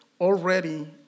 already